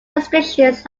restrictions